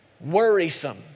Worrisome